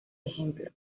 ejemplo